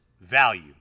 value